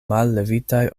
mallevitaj